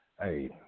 hey